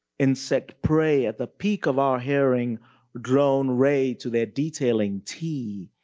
insect prey at the peak of our hearing drone re to their detailing tee.